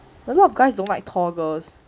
a lot of guys don't like tall girls